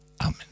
Amen